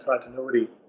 continuity